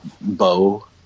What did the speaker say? bow